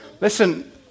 Listen